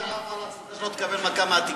תיזהר כשאתה עף על עצמך,